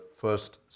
first